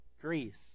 Greece